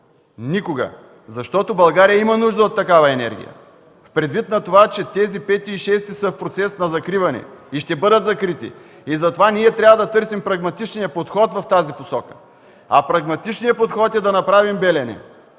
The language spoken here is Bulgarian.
Никога! Защото България има нужда от такава енергия предвид на това, че блокове V и VІ са в процес на закриване и ще бъдат закрити. Затова ние трябва да търсим прагматичния подход в тази посока. А прагматичният подход е да направим „Белене”.